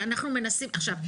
אנחנו מנסים, עכשיו.